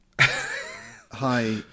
hi